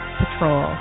patrol